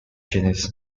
genus